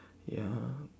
ya